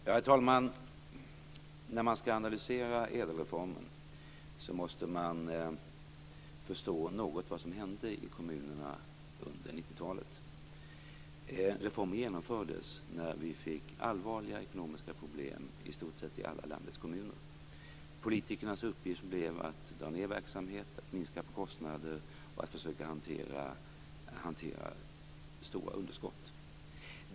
Herr talman! När man skall analysera ädelreformen måste man förstå något om vad som hände i kommunerna under 1990-talet. Reformen genomfördes när vi fick allvarliga ekonomiska problem i stort sett i alla landets kommuner. Politikernas uppgift blev att dra ned verksamhet, minska på kostnader och försöka hantera stora underskott.